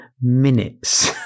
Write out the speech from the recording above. minutes